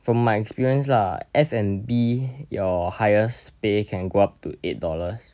from my experience lah F&B your highest pay can go up to eight dollar